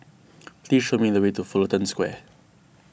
please show me the way to Fullerton Square